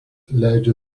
leidžia